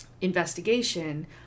investigation